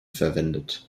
verwendet